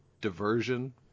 diversion